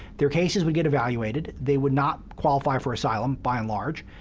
their cases would get evaluated. they would not qualify for asylum, by and large,